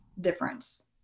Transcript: difference